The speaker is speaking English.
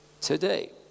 today